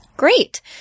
Great